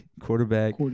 quarterback